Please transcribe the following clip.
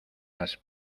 las